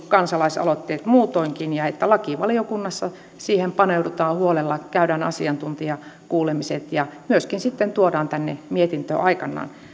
kansalaisaloitteet muutoinkin ja että lakivaliokunnassa siihen paneudutaan huolella käydään asiantuntijakuulemiset ja myöskin tuodaan mietintö aikanaan tänne